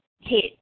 hit